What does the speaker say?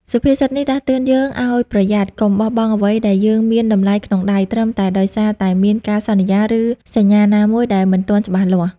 សុភាសិតនេះដាស់តឿនយើងឲ្យប្រយ័ត្ន កុំបោះបង់អ្វីដែលយើងមានតម្លៃក្នុងដៃ ត្រឹមតែដោយសារតែមានការសន្យា ឬសញ្ញាណាមួយដែលមិនទាន់ច្បាស់លាស់។